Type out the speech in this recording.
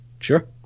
Sure